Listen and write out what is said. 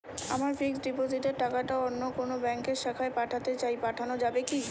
আমার ফিক্সট ডিপোজিটের টাকাটা অন্য কোন ব্যঙ্কের শাখায় পাঠাতে চাই পাঠানো যাবে কি?